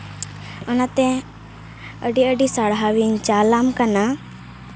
ᱚᱱᱟᱛᱮ ᱟᱹᱰᱤᱼᱟᱹᱰᱤ ᱥᱟᱨᱦᱟᱣᱤᱧ ᱪᱟᱞᱟᱢ ᱠᱟᱱᱟ